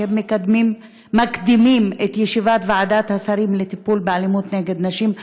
שהם מקדימים את ישיבת ועדת השרים לטיפול באלימות נגד נשים,